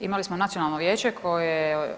Imali smo nacionalno vijeće koje